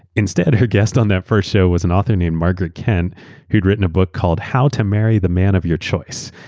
instead, her guest on that first show was an author named margaret kent who'd written a book called how to marry the man of your choice.